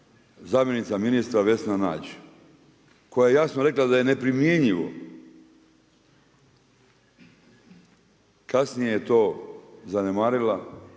zamjenica ministra Vesna Nađ koja je jasno rekla da je neprimjenjivo kasnije je to zanemarila